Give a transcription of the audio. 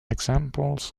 examples